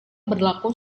berlaku